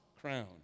crown